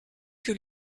que